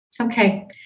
Okay